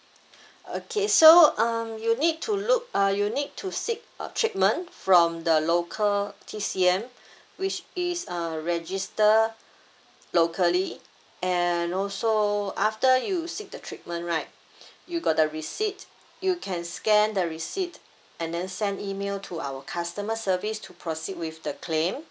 okay so um you need to look uh you need to seek uh treatment from the local T_C_M which is uh register locally and also after you seek the treatment right you got the receipt you can scan the receipt and then send email to our customer service to proceed with the claim